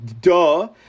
duh